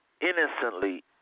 innocently